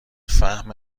فهم